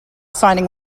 signing